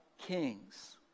kings